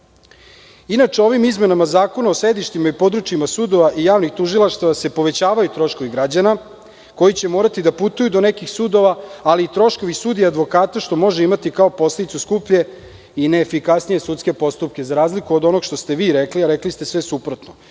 ovim izmenama Zakona o sedištima i područjima sudova i javnim tužilaštvima se povećavaju troškovi građana koji će morati da putuju do nekih sudova, ali i troškovi sudija i advokata što može imati kao posledicu skuplje i neefikasnije sudske postupke, za razliku od onoga što ste vi rekli, a rekli ste sve suprotno. Podsetiću